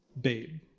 babe